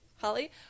Holly